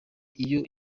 iyo